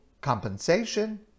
compensation